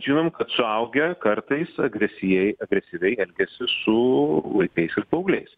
žinom kad suaugę kartais agresyviai agresyviai elgiasi su vaikais ir paaugliais